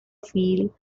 feel